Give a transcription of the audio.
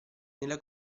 nella